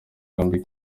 yombi